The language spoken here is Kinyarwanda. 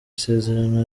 isezerano